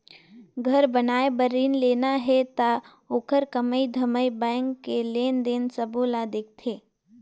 घर बनाए बर रिन लेना हे त ओखर कमई धमई बैंक के लेन देन सबो ल देखथें